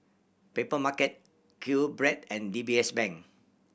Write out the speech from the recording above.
Papermarket QBread and D B S Bank